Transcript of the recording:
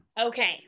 Okay